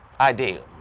id.